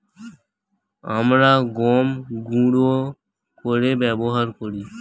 আমরা গম গুঁড়ো করে ব্যবহার করি